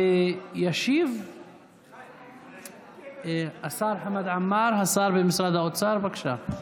ישיב השר חמד עמאר, השר במשרד האוצר, בבקשה.